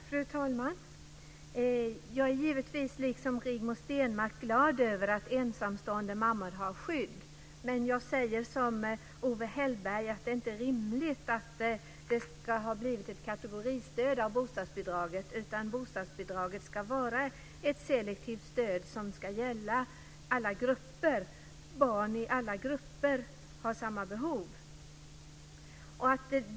Fru talman! Jag är givetvis liksom Rigmor Stenmark glad över att ensamstående mammor har ett skydd, men jag säger som Owe Hellberg att det inte är rimligt att bostadsbidraget har blivit ett kategoristöd. Bostadsbidraget ska vara ett selektivt stöd som ska gälla alla grupper. Barn i alla grupper har samma behov.